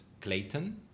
Clayton